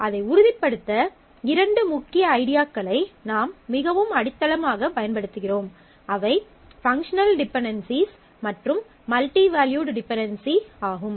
அதை உறுதிப்படுத்த இரண்டு முக்கிய ஐடியாக்களை நாம் மிகவும் அடித்தளமாகப் பயன்படுத்துகிறோம் அவை பங்க்ஷனல் டிபென்டென்சிஸ் மற்றும் மல்ட்டிவேல்யூட் டிபெண்டண்சி ஆகும்